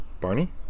Barney